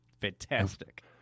fantastic